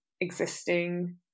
existing